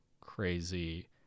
crazy